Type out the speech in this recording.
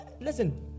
Listen